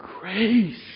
grace